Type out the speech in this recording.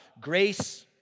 grace